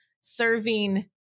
serving